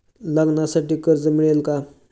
लग्नासाठी कर्ज मिळेल का?